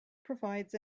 provides